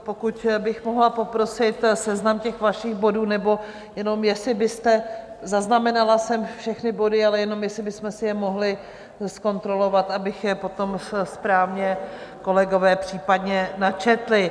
Pokud bych mohla poprosit seznam těch vašich bodů, nebo jenom jestli byste, zaznamenala jsem všechny body, ale jenom jestli bychom si je mohli zkontrolovat, aby je potom správně kolegové případně načetli.